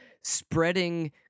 spreading